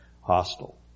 hostile